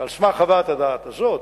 ועל סמך חוות הדעת הזאת,